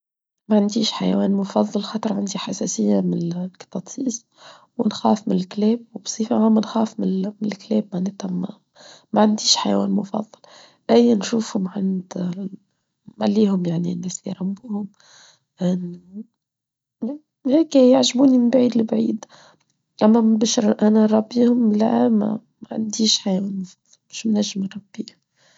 ما عنديش حيوان مفضل خطر عندي حساسية من الكتاتيس ونخاف من الكلاب وبصيفة عامه منخاف من الكلاب ما نتمان ما عنديش حيوان مفضل لا ينشوفهم عند ما ليهم يعني الناس اللي ربوهم هكا يعجبوني من بعيد لبعيد لما بشر أنا ربيهم لا ما عنديش حيوان مفضل مش مناجم ربيهم.